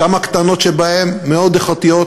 גם הקטנות שבהן מאוד איכותיות,